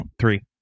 Three